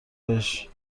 بهش